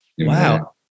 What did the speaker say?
Wow